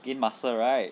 gain muscle right